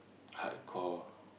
hardcore